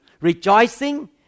rejoicing